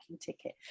ticket